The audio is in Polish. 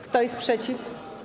Kto jest przeciw?